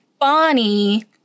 Bonnie